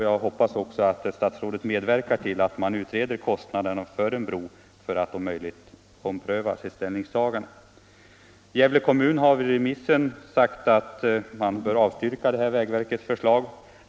Jag hoppas också att herr statsrådet medverkar till att man utreder kostnaderna för en bro för att om möjligt kunna ompröva sitt ställningstagande. Gävle kommun har vid remissen avstyrkt vägverkets förslag.